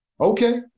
okay